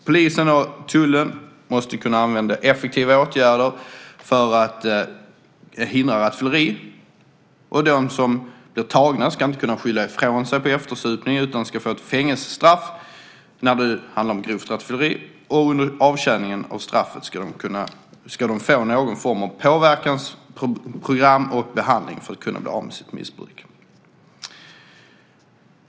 Polisen och tullen måste kunna använda effektiva åtgärder för att hindra rattfylleri, och de som blir tagna ska inte kunna skylla ifrån sig på eftersupning utan ska få ett fängelsestraff när det handlar om grovt fylleri. Under avtjäningen av straffet ska de få någon form av påverkansprogram och behandling för att kunna bli av med sitt missbruk.